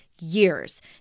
years